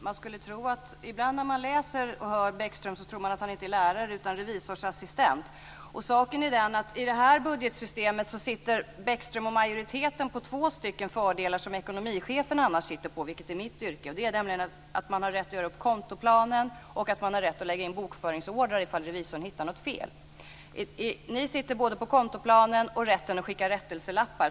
Fru talman! Ibland när man läser och hör Bäckström tror man inte att han är lärare utan revisorsassistent. Saken är den att i det här budgetsystemet sitter Bäckström och majoriteten på två fördelar som ekonomichefen, vilket är mitt yrke, annars sitter på, nämligen rätten att göra upp kontoplanen och att lägga in bokföringsordrar ifall revisorn hittar något fel. Ni sitter på både kontoplanen och rätten att skicka rättelselappar.